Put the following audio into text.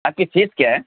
آپ کی فیس کیا ہے